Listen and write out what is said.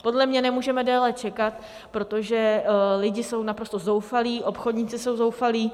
Podle mě nemůžeme déle čekat, protože lidi jsou naprosto zoufalí, obchodníci jsou zoufalí.